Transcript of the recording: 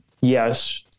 yes